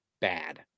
bad